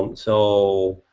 um so,